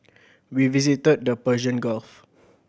we visited the Persian Gulf